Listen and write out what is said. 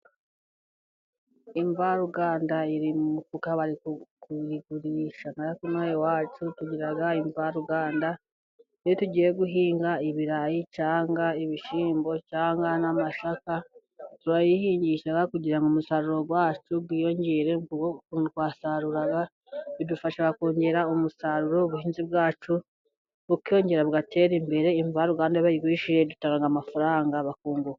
Imvaruganda iri mu mufuka bari kuyigurisha. Na twe inaha iwacu tugira imvaruganda. Iyo tugiye guhinga ibirayi cyangwaga ibishyimbo, cyangwa n'amasaka turayihingisha kugira ngo umusaruro wacu wiyongere ku wo twasaruraga. Bidufasha kongera umusaruro, ubuhinzi bwacu bukiyongera, bugatera imbere, imvaruganda iyo bayigurishije dutanga amafaranga bakunguka.